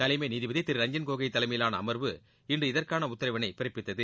தலைமை நீதிபதி திரு ரஞ்ஜன் கோகோய் தலைமையிலான அம்வு இன்று இதற்கான உத்தரவினை பிறப்பித்தது